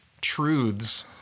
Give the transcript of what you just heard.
truths